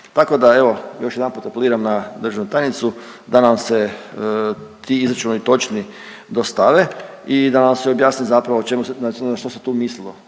Tako da evo još jedanput apeliram na državnu tajnicu da nam se ti izračuni točni dostave i da nam se objasni zapravo o čemu se, što se tu mislilo.